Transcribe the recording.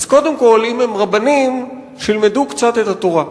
אז קודם כול, אם הם רבנים, שילמדו קצת את התורה.